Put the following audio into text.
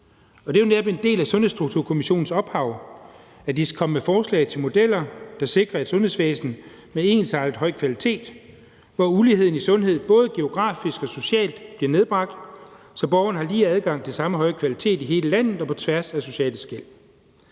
Det er netop en del af Sundhedsstrukturkommissionens ophav, altså at de skal komme med forslag til modeller, der sikrer et sundhedsvæsen med ensartet høj kvalitet, hvor uligheden i sundhed både geografisk og socialt bliver nedbragt, så borgerne har lige adgang til samme høje kvalitet i hele landet og på tværs af sociale skel.